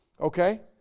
Okay